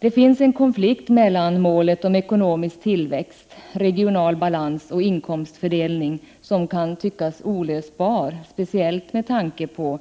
Det finns en konflikt mellan målen ekonomisk tillväxt, regional balans och inkomstfördelning som kan tyckas olösbar — speciellt med tanke på